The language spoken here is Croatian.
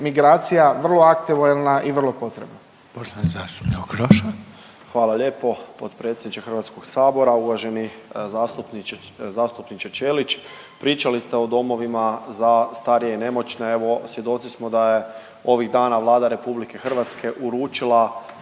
migracija, vrlo aktualna i vrlo potrebna.